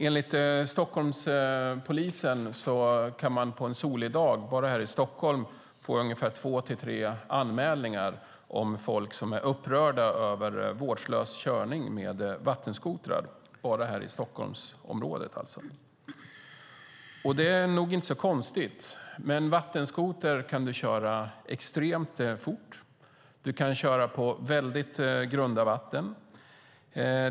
Enligt Stockholmspolisen kan man en solig dag bara här i Stockholmsområdet få två tre anmälningar av folk som är upprörda över vårdslös körning med vattenskotrar. Det är nog inte så konstigt. Med en vattenskoter kan man köra extremt fort. Man kan köra på grunda vatten.